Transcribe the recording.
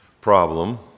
problem